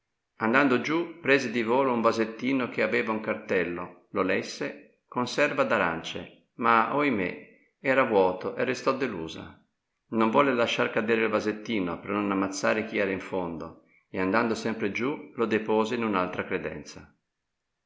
andando giù prese di volo un vasettino che aveva un cartello lo lesse conserva d'arance ma oimè era vuoto e restò delusa non volle lasciar cadere il vasettino per non ammazzare chi era in fondo e andando sempre giù lo depose in un'altra credenza